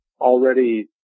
already